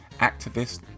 activist